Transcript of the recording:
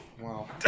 Wow